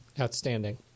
Outstanding